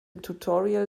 tutorial